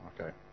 Okay